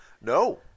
No